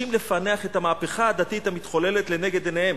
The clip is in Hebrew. לפענח את המהפכה הדתית המתחוללת לנגד עיניהם,